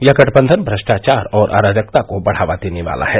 यह गठबंधन भ्रष्टाचार और अराजकता को बढ़ावा देने वाला है